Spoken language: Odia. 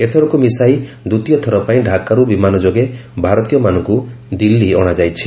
ଏଥରକୁ ମିଶାଇ ଦ୍ୱିତୀୟ ଥର ପାଇଁ ଢାକାରୁ ବିମାନ ଯୋଗେ ଭାରତୀୟମାନଙ୍କୁ ଦିଲ୍ଲୀ ଅଣାଯାଇଛି